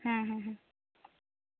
ᱦᱮᱸ ᱦᱮᱸ